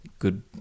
Good